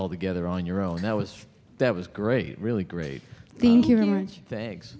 all together on your own that was that was great really great thank